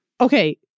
Okay